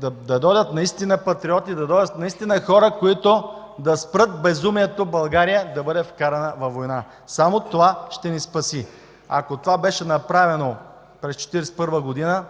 да дойдат наистина патриоти, да дойдат наистина хора, които да спрат безумието – България да бъде вкарана във война. Само това ще ни спаси. Ако това беше направено през 1941 г.,